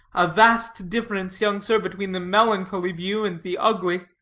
a vast difference, young sir, between the melancholy view and the ugly.